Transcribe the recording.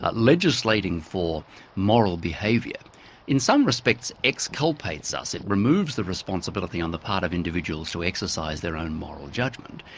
ah legislating for moral behaviour in some respects exculpates us. it removes the responsibility on the part of individuals to exercise their own moral judgement.